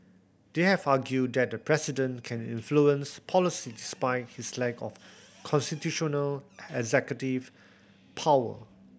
they have argued that the president can influence policy despite his lack of constitutional executive power